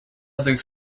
other